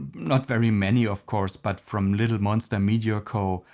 not very many of course, but from little monster media co,